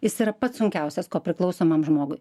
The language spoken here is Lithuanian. jis yra pats sunkiausias kopriklausomam žmogui